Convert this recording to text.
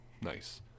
Nice